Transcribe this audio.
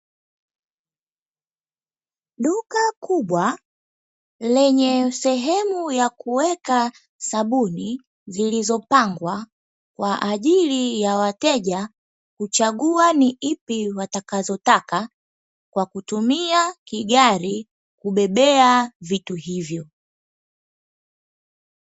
Duka kubwa lenye sehemu ya kuweka sabuni zilizopangwa, kwa ajili ya wateja kuchagua ni ipi watakazotaka kwa kutumia kigari kubebea vitu hivyo.